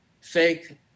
fake